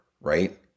right